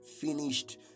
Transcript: finished